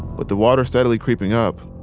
with the water steadily creeping up,